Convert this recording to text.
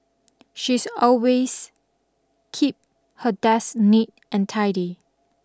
she's always keep her desk neat and tidy